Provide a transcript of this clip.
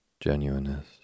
Genuineness